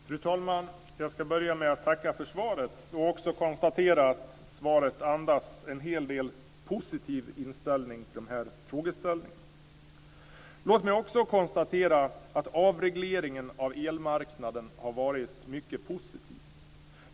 Fru talman! Jag skall börja med att tacka för svaret och konstatera att det andas en positiv inställning till dessa frågeställningar. Låt mig också konstatera att avregleringen av elmarknaden har varit mycket positiv.